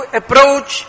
approach